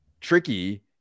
tricky